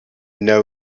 know